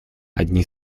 одни